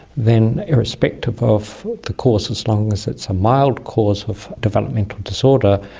then irrespective of the cause, as long as it's a mild cause of developmental disorder,